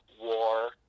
war